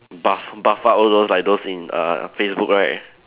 buff buff out all those like like those in err Facebook right